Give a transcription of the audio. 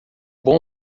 bom